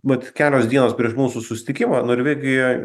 vat kelios dienos prieš mūsų susitikimą norvegijoje